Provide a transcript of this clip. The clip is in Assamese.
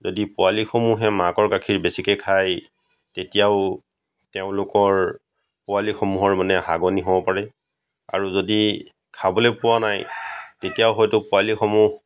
যদি পোৱালিসমূহে মাকৰ গাখীৰ বেছিকৈ খায় তেতিয়াও তেওঁলোকৰ পোৱালিসমূহৰ মানে হাগনি হ'ব পাৰে আৰু যদি খাবলৈ পোৱা নাই তেতিয়াও হয়তো পোৱালিসমূহ